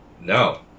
No